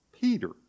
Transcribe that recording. Peter